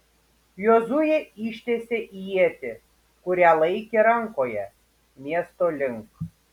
jozuė ištiesė ietį kurią laikė rankoje miesto link